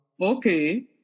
Okay